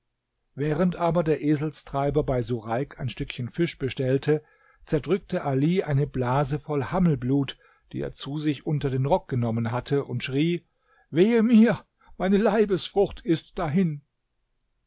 während aber der eselstreiber bei sureik ein stückchen fisch bestellte zerdrückte ali eine blase voll hammelblut die er zu sich unter den rock genommen hatte und schrie wehe mir meine leibesfrucht ist dahin